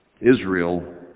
Israel